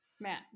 Matt